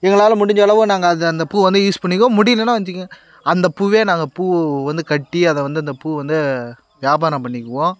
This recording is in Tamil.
எங்களால் முடிஞ்ச அளவு நாங்கள் அதை அந்த பூவை வந்து யூஸ் பண்ணிக்குவோம் முடிலைனா வச்சுக்கோங்க அந்த பூவே நாங்கள் பூ வந்து கட்டி அதை வந்து அந்த பூ வந்து வியாபாரம் பண்ணிக்குவோம்